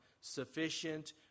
Sufficient